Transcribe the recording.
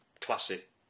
classic